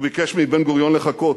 הוא ביקש מבן-גוריון לחכות,